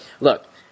look